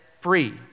free